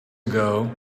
ago